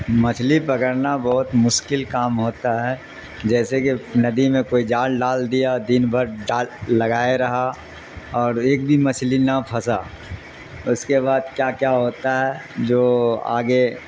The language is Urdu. مچھلی پکڑنا بہت مشکل کام ہوتا ہے جیسے کہ ندی میں کوئی جال ڈال دیا دن بھر ڈال لگائے رہا اور ایک بھی مچھلی نہ پھنسا اس کے بعد کیا کیا ہوتا ہے جو آگے